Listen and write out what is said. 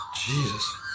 Jesus